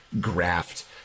graft